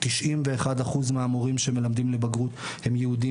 91% מהמורים שמלמדים לבגרות הם יהודים